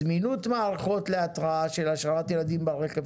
זמינות מערכות להתראה של השארת ילדים ברכב,